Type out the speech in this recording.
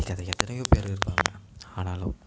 மதிக்காத எத்தனையோ பேர் இருப்பாங்க ஆனாலும்